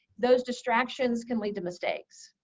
those distractions can lead to mistakes.